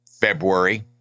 February